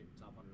Top